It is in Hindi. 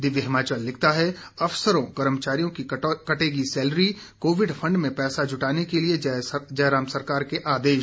दिव्य हिमाचल लिखता है अफसरों कर्मचारियों की कटेगी सैलरी कोविड फंड में पैसा जुटाने के लिए जयराम सरकार के आदेश